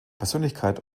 persönlichkeit